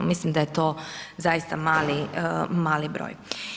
Mislim da je to zaista mali broj.